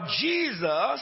Jesus